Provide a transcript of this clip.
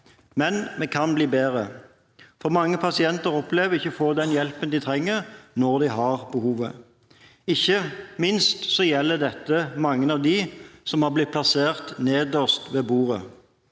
Men vi kan bli bedre, for mange pasienter opplever å ikke få den hjelpen de trenger, når de har behov for den. Ikke minst gjelder dette mange av dem som har blitt plassert nederst ved bordet: